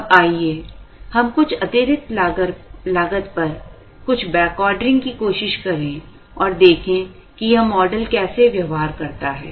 अब आइए हम कुछ अतिरिक्त लागत पर कुछ बैकऑर्डरिंग की कोशिश करें और देखें कि यह मॉडल कैसे व्यवहार करता है